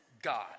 God